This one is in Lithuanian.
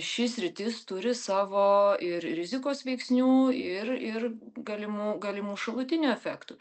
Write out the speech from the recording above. ši sritis turi savo ir rizikos veiksnių ir ir galimų galimų šalutinių efektų